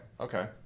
okay